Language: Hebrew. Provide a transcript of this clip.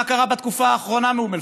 מה קרה בתקופה האחרונה באום אל-פחם.